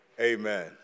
Amen